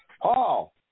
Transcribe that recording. Paul